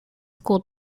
school